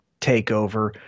takeover